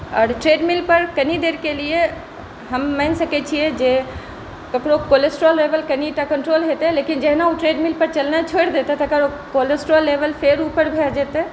आओर ट्रेडमिल पर कनि देरके लिए हम मानि सकै छियै जे ककरो कोलेस्ट्रॉल लेवल कनिटा कॉन्ट्रोल हेतै लेकिन जहिना ओ ट्रेडमिल पर चलनाइ छोड़ि देतै तकर कोलेस्ट्रॉल लेवल फेर ऊपर भए जेतै